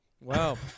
Wow